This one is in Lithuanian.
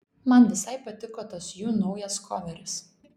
man visai patiko tas jų naujas koveris